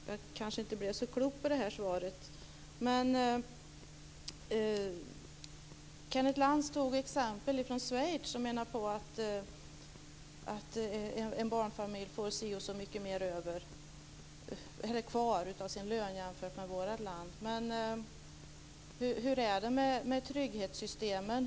Fru talman! Jag blev kanske inte så klok på det svaret. Kenneth Lantz tog upp exempel från Schweiz, och menar att en barnfamilj där får si och så mycket mer kvar av sin lön jämfört med vårt land. Men hur är det med trygghetssystemen?